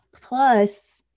Plus